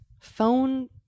phone